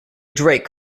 drake